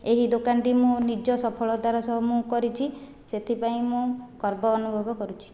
ଏହି ଦୋକାନଟି ମୁଁ ନିଜ ସଫଳାତର ସହ ମୁଁ କରିଛି ସେଥିପାଇଁ ମୁଁ ଗର୍ବ ଅନୁଭବ କରୁଛି